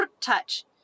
touch